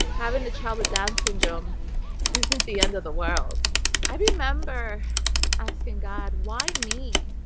having the child with down, syndrome isn't the end of the world i remember asking, god why, me,